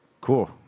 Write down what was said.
cool